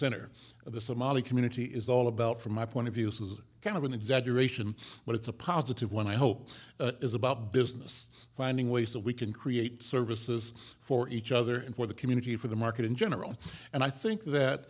center of the somali community is all about from my point of use is kind of an exaggeration but it's a positive one i hope is about business finding ways that we can create services for each other and for the community for the market in general and i think that